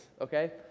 okay